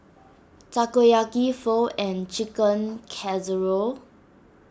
Takoyaki Pho and Chicken Casserole